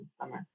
summer